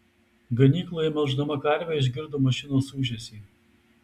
ganykloje melždama karvę išgirdo mašinos ūžesį